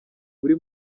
buri